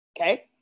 Okay